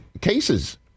cases